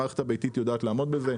המערכת הביתית יודעת לעמוד בזה,